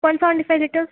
one seventy five litres